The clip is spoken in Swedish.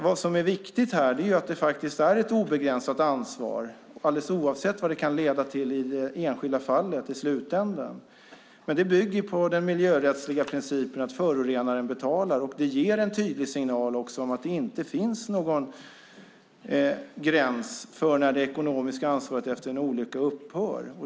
Vad som är viktigt här är att det faktiskt är ett obegränsat ansvar, alldeles oavsett vad det kan leda till i det enskilda fallet i slutändan. Det bygger på den miljörättsliga principen att förorenaren betalar, och det ger också en tydlig signal om att det inte finns någon gräns för när det ekonomiska ansvaret efter en olycka upphör.